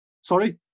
Sorry